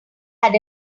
had